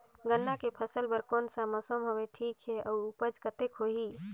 गन्ना के फसल बर कोन सा मौसम हवे ठीक हे अउर ऊपज कतेक होही?